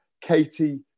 Katie